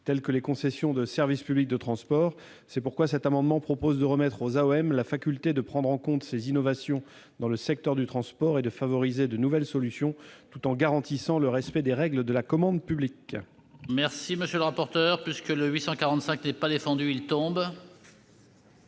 tels que les concessions de service public de transport. C'est pourquoi cet amendement vise à remettre aux AOM la faculté de prendre en compte ces innovations dans le secteur du transport et de favoriser de nouvelles solutions, tout en garantissant le respect des règles de la commande publique. L'amendement n° 845 rectifié n'est pas soutenu. Quel